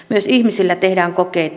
myös ihmisillä tehdään kokeita